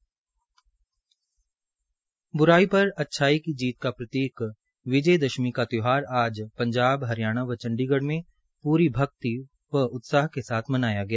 ब्राई पर अच्छाई की जीत प्रतीक विजय दशमी का त्यौहार पंजाब हरियाणा व चंडीगढ़ में पूरी भक्ति व उत्साह के साथ मनाया गया